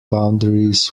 boundaries